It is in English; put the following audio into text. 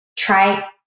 try